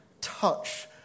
touch